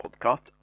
podcast